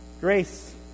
Grace